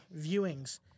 viewings